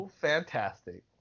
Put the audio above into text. fantastic